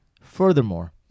Furthermore